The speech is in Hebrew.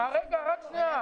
רבותיי, גם כשיש לי דעה מגובשת,